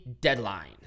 Deadline